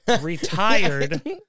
retired